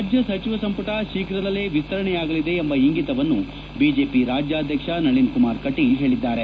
ರಾದ್ಯ ಸಚಿವ ಸಂಪುಟ ಶೀಘ್ರದಲ್ಲೇ ವಿಸ್ತರಣೆಯಾಗಲಿದೆ ಎಂಬ ಇಂಗಿತವನ್ನು ಬಿಜೆಪಿ ರಾಜ್ಯಾದ್ಯಕ್ಷ ನಳಿನ್ ಕುಮಾರ್ ಕಟೀಲ್ ಹೇಳಿದ್ದಾರೆ